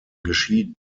geschieden